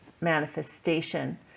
manifestation